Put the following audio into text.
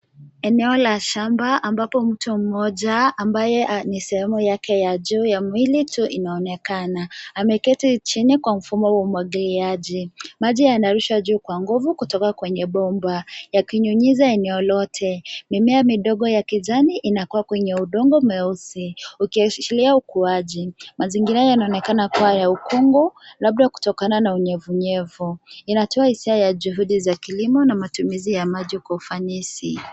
Eneo la shamba ambapo mtu mmoja ambaye ni sehemu yake ya juu ya mwili tu inaonekana. Ameketi chini kwa mfumo wa umwagilia. Maji yanarushwa juu kwa nguvu kutoka kwenye bomba yakinyunyuza eneo lote. Mimea midogo ya kijani inakua kwenye udongo meusi ukiashiria ukuaji. Mazingira yaonekana kuwa ya ukungu labda kutokana na unyevunyevu. Inatoa hisia ya juhudi za kilimo na matumizi wa maji kwa ufanisi.